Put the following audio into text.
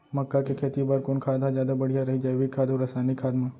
मक्का के खेती बर कोन खाद ह जादा बढ़िया रही, जैविक खाद अऊ रसायनिक खाद मा?